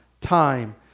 time